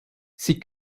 sie